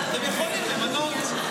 אתם יכולים למנות.